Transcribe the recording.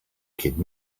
kid